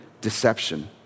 deception